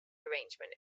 arrangement